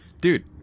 dude